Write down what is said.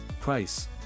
Price